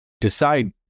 decide